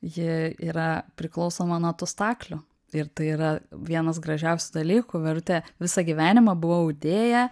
ji yra priklausoma nuo tų staklių ir tai yra vienas gražiausių dalykų verutė visą gyvenimą buvo audėja